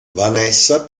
vanessa